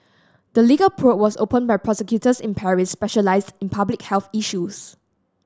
the legal probe was opened by prosecutors in Paris specialised in public health issues